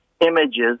images